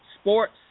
sports